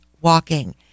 walking